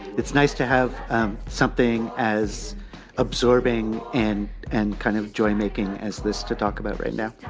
it's nice to have something as absorbing and and kind of joy making as this to talk about right now.